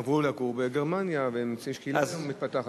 עברו לגור בגרמניה ונמצאים היום בקהילה שמתפתחת,